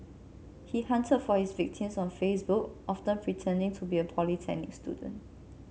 he hunted for his victims on Facebook often pretending to be a polytechnic student